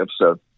episode